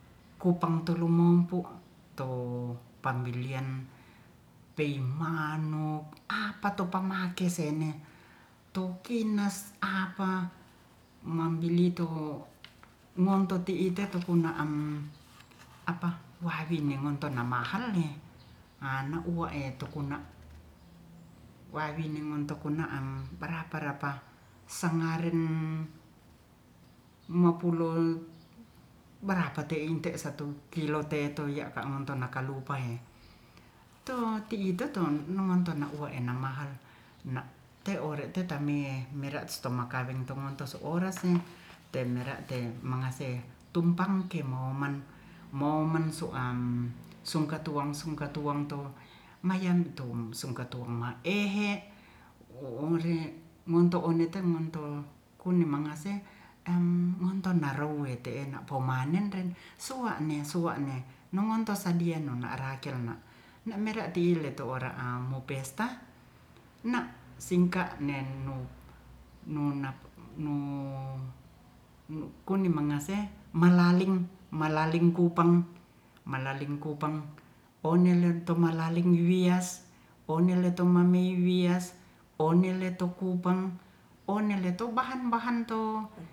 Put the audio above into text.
Kupang tulu ngompu to pambilan pe manu apato pamake sene to kinas apa mangilito monto ti'i te kopuna ang apa wasine ngonto na mahal ne wana uwa tukuna wawine monto kuna barapa rapa sangaren mopulo barapa te inte teto ya ngonton nakalupa ye to ti ito to nonton ne wa enang mahal na te ore te tame mera sto makaweng to ngonto so oras i to mera te mangase tumpang ke momen momen so am sungka tuong sungka tuong to mayanto sungka toang mae he ore monto one te monto koni mangase monto narowe te ena pomanrer suwa'ne-suwane nongonto sandian nona rakel no na mera ti leto ora mopesta na ningka ne nu-nu na nu kuni mangase malaling-malaling kupang malaling upang one mo tomalaling wias one leto mamei wias one leto kupang one e to bahan-bahan to